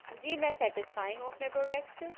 جی میں سیٹسفائی ہوں اپنے پروڈیکٹ سے